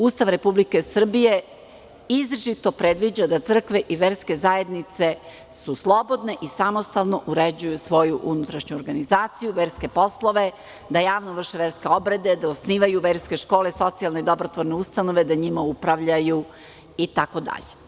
Ustav Republike Srbije izričito predviđa da crkve i verske zajednice su slobodne i samostalno uređuju svoju unutrašnju organizaciju, verske poslove, da javno vrše verske obrede, da osnivaju verske škole, socijalne i dobrotvorne ustanove, da njima upravljaju, itd.